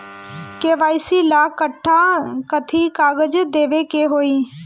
KYC ला कट्ठा कथी कागज देवे के होई?